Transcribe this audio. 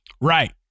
Right